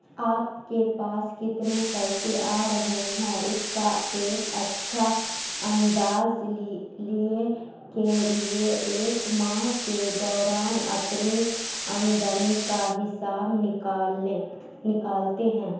آپ کے پاس کتنے پیسے آ رہے ہیں اس کا ایک اچھا انداز لیے کے لیے ایک ماہ کے دوران اپنی آمدنی کا حساب نکال لیں نکالتے ہیں